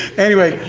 anyway,